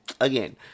again